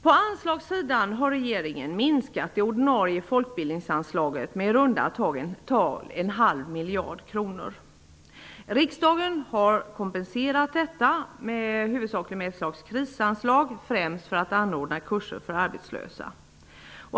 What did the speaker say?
På anslagssidan har regeringen minskat det ordinarie folkbildningsanslaget med i runda tal en halv miljard kronor. Riksdagen har kompenserat detta med ett slags krisanslag, främst för att anordna kurser för arbetslösa.